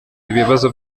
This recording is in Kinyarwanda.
ibibazo